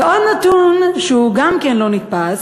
ועוד נתון, שגם הוא לא נתפס: